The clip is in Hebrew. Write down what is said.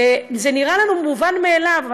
וזה נראה לנו מובן מאליו.